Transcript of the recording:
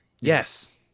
yes